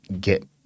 get